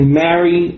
marry